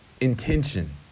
Intention